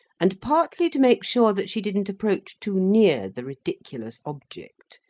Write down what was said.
and partly to make sure that she didn't approach too near the ridiculous object,